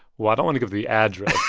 well, i don't want to give the address